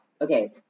Okay